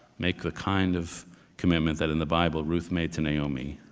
make the kind of commitment that in the bible, ruth made to naomi.